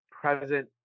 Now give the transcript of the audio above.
present